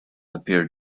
appeared